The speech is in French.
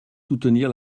soutenir